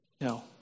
No